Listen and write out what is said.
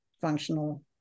functional